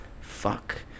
fuck